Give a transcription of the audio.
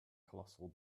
colossal